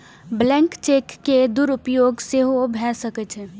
blank cheque के दुरुपयोग सेहो भए सकै छै